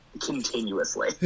continuously